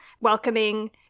welcoming